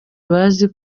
bazi